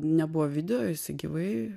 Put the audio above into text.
nebuvo video jisai gyvai